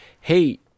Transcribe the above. Hey